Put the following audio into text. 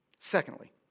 Secondly